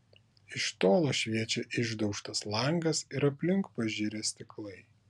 iš tolo šviečia išdaužtas langas ir aplink pažirę stiklai